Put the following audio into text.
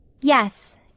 Yes